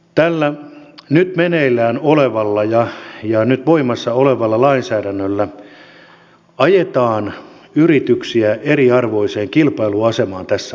tällä nyt meneillään olevalla ja nyt voimassa olevalla lainsäädännöllä ajetaan yrityksiä eriarvoiseen kilpailuasemaan tässä maassa